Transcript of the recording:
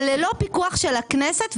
זה ללא פיקוח של הכנסת,